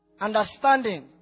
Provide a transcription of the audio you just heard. Understanding